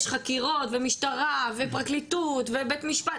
יש חקירות ומשטרה ופרקליטות ובית משפט,